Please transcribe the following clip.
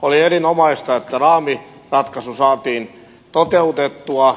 oli erinomaista että raamiratkaisu saatiin toteutettua